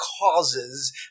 causes